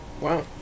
Wow